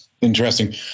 interesting